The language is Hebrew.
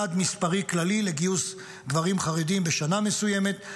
יעד מספרי כללי לגיוס גברים חרדים בשנה מסוימת,